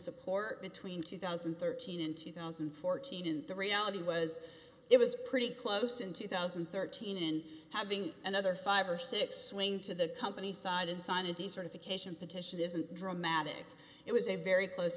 support between two thousand and thirteen in two thousand and fourteen and the reality was it was pretty close in two thousand and thirteen and having another five or six swing to the company side and sign a decertification petition isn't dramatic it was a very close